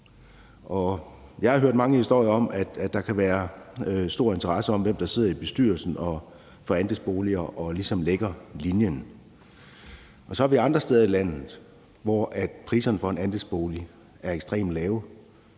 Jeg har hørt mange historier om, at der kan være stor interesse om, hvem der sidder i bestyrelsen for andelsboliger og ligesom lægger linjen. Vi har så andre steder i landet, hvor priserne for en andelsbolig er ekstremt lave.